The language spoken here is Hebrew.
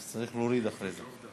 אז צריך להוריד אחרי זה.